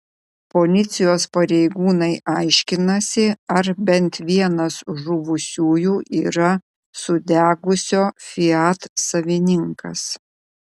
policijos pareigūnai aiškinasi ar bent vienas žuvusiųjų yra sudegusio fiat savininkas